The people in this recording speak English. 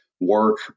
work